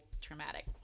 traumatic